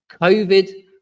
COVID